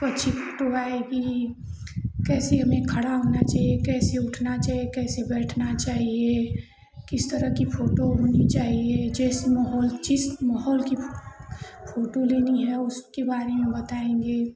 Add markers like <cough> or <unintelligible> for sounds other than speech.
अच्छी फोटो आएगी कैसे उन्हें खड़ा होना चाहिए कैसे उठना चाहिए कैसे बैठना चाहिए किस तरह की फोटो होनी चाहिए जैसे वह हर चीज़ <unintelligible> की फोटो लेनी है उसके बारे में बताएँगे